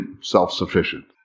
self-sufficient